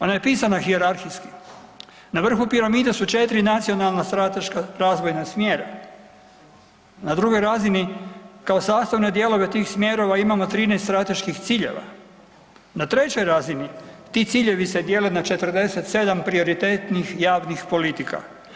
Ona je pisana hijerarhijski, na vrhu piramide su četiri nacionalna strateška smjera, na drugoj razini kao sastavne dijelove tih smjerova imamo 13 strateških ciljeva, na trećoj razini ti ciljevi se dijeli na 47 prioritetnih javnih politika.